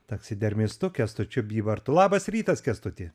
kęstučiui bybartui labas rytas kęstutį